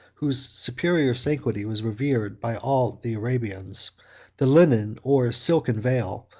whose superior sanctity was revered by all the arabians the linen or silken veil,